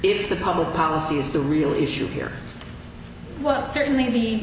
if the public policy is the real issue here well certainly